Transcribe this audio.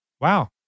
wow